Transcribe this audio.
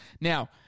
Now